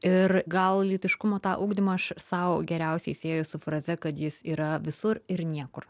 ir gal lytiškumo tą ugdymą aš sau geriausiai sieju su fraze kad jis yra visur ir niekur